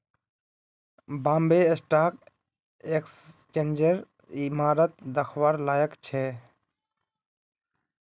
Bombay stock एक्सचेंजेर इमारत दखवार लायक छोक